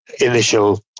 initial